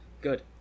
good